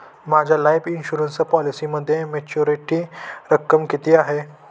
माझ्या life insurance पॉलिसीमध्ये maturity रक्कम किती आहे?